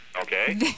Okay